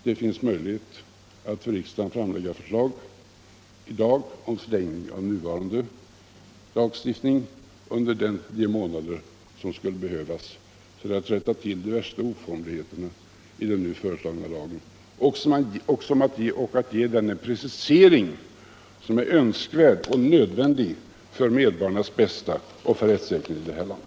Det finns möjlighet att för riksdagen framlägga förslag i dag om förlängning av den nuvarande lagstiftningen under de månader som skulle behövas för att rätta till de värsta oformligheterna i den nu föreslagna lagen och ge den precisering som är önskvärd och nödvändig för medborgarnas bästa och för rättssäkerheten i landet.